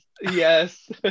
yes